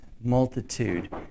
multitude